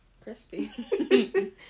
Crispy